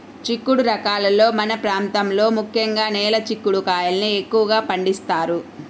చిక్కుడు రకాలలో మన ప్రాంతంలో ముఖ్యంగా నేల చిక్కుడు కాయల్ని ఎక్కువగా పండిస్తారు